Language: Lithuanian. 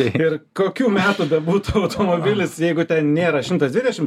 ir kokių metų bebūtų automobilis jeigu ten nėra šimtas dvidešim